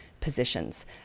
positions